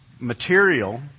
material